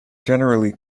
generally